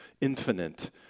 infinite